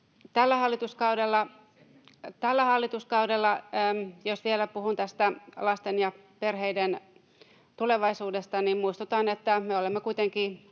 ja kaikki perheet. Jos vielä puhun tästä lasten ja perheiden tulevaisuudesta, niin muistutan, että me olemme kuitenkin